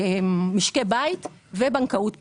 משקי בית ובנקאות פרטית.